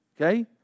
Okay